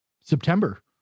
September